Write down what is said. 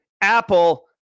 Apple